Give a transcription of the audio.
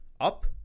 up